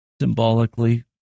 symbolically